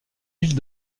ville